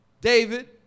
David